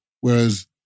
Whereas